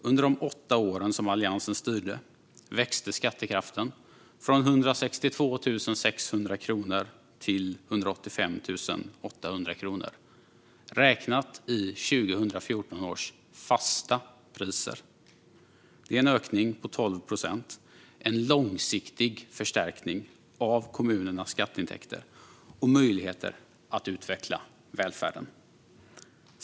Under de åtta år som Alliansen styrde växte skattekraften från 162 600 kronor till 185 800 kronor, räknat i 2014 års fasta priser. Det är en ökning med 12 procent - en långsiktig förstärkning av kommunernas skatteintäkter och möjligheter att utveckla välfärden.